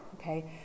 okay